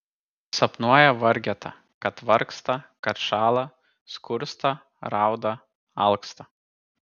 sapnuoja vargeta kad vargsta kad šąla skursta rauda alksta